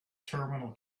terminal